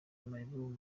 mayibobo